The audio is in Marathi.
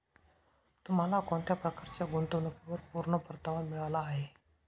तुम्हाला कोणत्या प्रकारच्या गुंतवणुकीवर पूर्ण परतावा मिळाला आहे